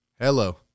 Hello